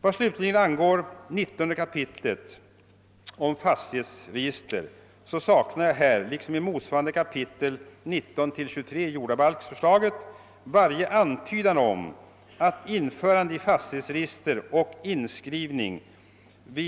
Vad slutligen angår 19 kap. om fastighetsregister saknar jag där liksom i motsvarande kap. 19—23 jordabalksförslaget varje antydan om att förande av fastighetsregister och inskrivning hos